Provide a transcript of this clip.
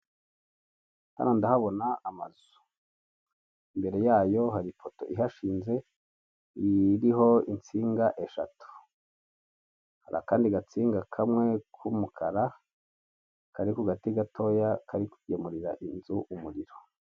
Inyubako nini nziza ifite ibyumba bine n'ubwogero butatu. Ifite imbuga yubakishijwe amapave, ndetse n'ubusitani burimo indabo, ikodeshwa amafaranga y'u Rwanda ibihumbi magana atandatu iherereye Kagarama.